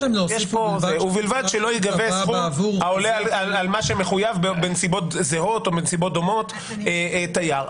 ובלבד שלא ייגבה סכום על מה שמחויב בנסיבות זהות או דומות תייר.